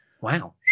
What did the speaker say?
wow